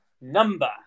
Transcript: number